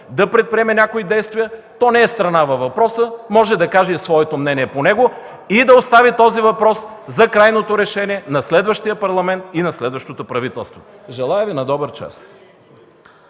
да предприеме някои действия – то не е страна във въпроса, може да каже и своето мнение по него, и да остави този въпрос за крайното решение на следващия парламент и на следващото правителство. Желая Ви на добър час!